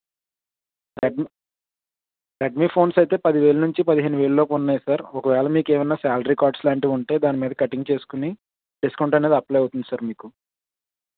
Redmi Redmi phones అయితే పది వేల నుంచి పదిహేను వేల లోపు ఉన్నాయి సార్ ఒకవేళ మీకు ఏమన్న శాలరీ కార్డ్స్ లాంటివి ఉంటే దాని మీద కటింగ్ చేసుకుని డిస్కౌంట్ అనేది అప్లై అవుతుంది సార్ మీకు